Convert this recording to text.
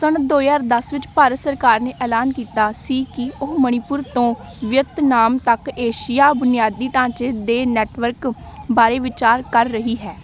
ਸੰਨ ਦੋ ਹਜ਼ਾਰ ਦਸ ਵਿੱਚ ਭਾਰਤ ਸਰਕਾਰ ਨੇ ਐਲਾਨ ਕੀਤਾ ਸੀ ਕਿ ਉਹ ਮਣੀਪੁਰ ਤੋਂ ਵੀਅਤਨਾਮ ਤੱਕ ਏਸ਼ੀਆ ਬੁਨਿਆਦੀ ਢਾਂਚੇ ਦੇ ਨੈੱਟਵਰਕ ਬਾਰੇ ਵਿਚਾਰ ਕਰ ਰਹੀ ਹੈ